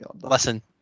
Listen